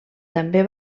també